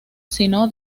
sino